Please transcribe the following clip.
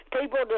People